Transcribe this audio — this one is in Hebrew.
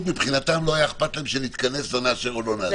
מבחינתם לא היה אכפת להם שנתכנס ונאשר או לא נאשר.